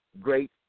great